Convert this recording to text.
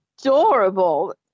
adorable